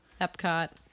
Epcot